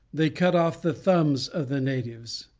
they cut off the thumbs of the natives,